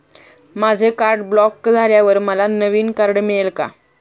माझे card block झाल्यावर मला नवीन कार्ड मिळेल का?